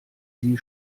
sie